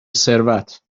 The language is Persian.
ثروت